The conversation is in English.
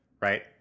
Right